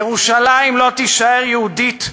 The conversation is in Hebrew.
ירושלים לא תישאר יהודית,